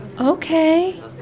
Okay